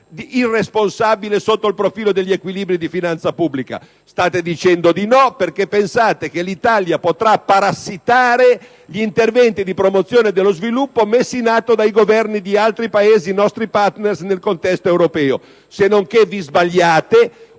irresponsabile sotto il profilo degli equilibri di finanza pubblica. State dicendo di no perché pensate che l'Italia potrà parassitare gli interventi di promozione dello sviluppo messi in atto dai Governi di altri Paesi nostri partners nel contesto europeo.